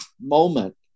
moment